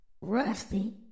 Rusty